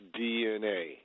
DNA